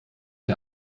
der